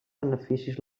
beneficis